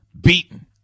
beaten